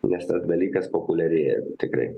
nes tas dalykas populiarėja tikrai